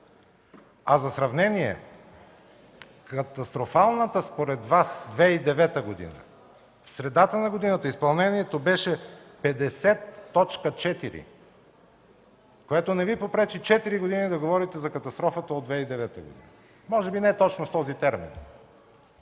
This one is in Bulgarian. А за сравнение катастрофалната според Вас 2009 г. в средата на годината изпълнението беше 50,4, което не Ви попречи да говорите четири години за катастрофата от 2009 г., може би не точно с този термин.